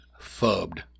fubbed